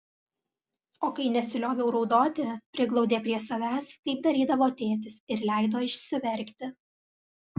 o kai nesilioviau raudoti priglaudė prie savęs kaip darydavo tėtis ir leido išsiverkti